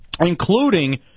including